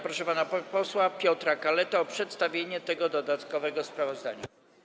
Proszę pana posła Piotra Kaletę o przedstawienie tego dodatkowego sprawozdania.